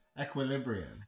Equilibrium